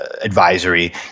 advisory